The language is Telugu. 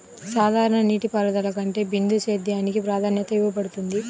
సాధారణ నీటిపారుదల కంటే బిందు సేద్యానికి ప్రాధాన్యత ఇవ్వబడుతుంది